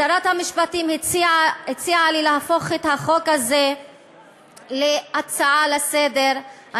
שרת המשפטים הציעה לי להפוך את הצעת החוק הזאת להצעה לסדר-היום.